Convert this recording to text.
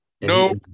No